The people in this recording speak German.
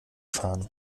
fahren